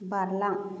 बारलां